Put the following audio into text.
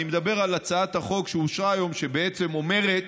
אני מדבר על הצעת החוק שאושרה היום שבעצם אומרת